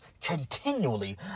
continually